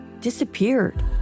disappeared